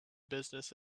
business